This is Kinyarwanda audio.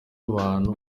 abantu